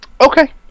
Okay